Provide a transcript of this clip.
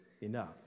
enough